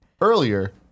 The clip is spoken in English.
Earlier